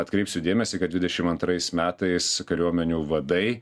atkreipsiu dėmesį kad dvidešimt antrais metais kariuomenių vadai